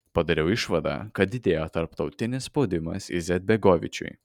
padariau išvadą kad didėjo tarptautinis spaudimas izetbegovičiui